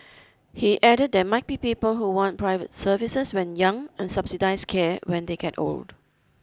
he added there might be people who want private services when young and subsidised care when they get old